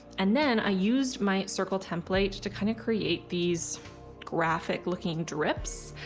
and then i used my circle template to kind of create these graphic looking drips.